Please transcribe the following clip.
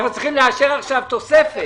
אנחנו צריכים לאשר עכשיו תוספת.